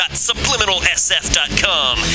SubliminalSF.com